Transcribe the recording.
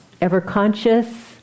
ever-conscious